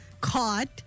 caught